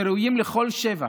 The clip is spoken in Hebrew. שראויים לכל שבח,